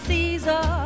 Caesar